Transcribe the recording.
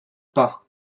pas